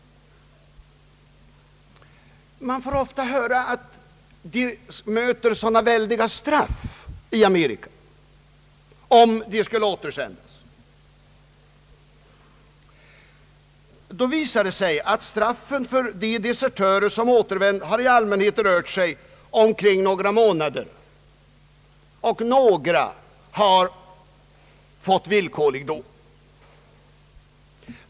Man får ofta höra att stränga straff möter dem i Amerika, om de skulle återsändas. Det visar sig emellertid att straffen för de desertörer som återvänt i allmänhet har rört sig om några månader. En del har fått villkorlig dom.